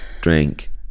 drink